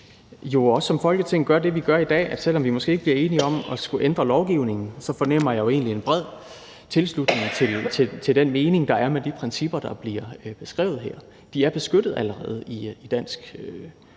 også som Folketing gør det, vi gør i dag, for selv om vi måske ikke bliver enige om at skulle ændre lovgivningen, fornemmer jeg jo egentlig en bred tilslutning til den mening, der er med de principper, der bliver beskrevet her. De er beskyttet allerede i dansk